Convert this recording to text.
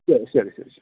ശരി ശരി ശരി